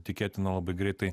tikėtina labai greitai